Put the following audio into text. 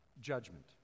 Judgment